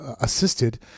assisted